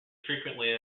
frequently